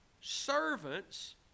servants